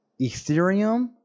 Ethereum